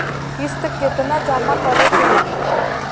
किस्त केतना जमा करे के होई?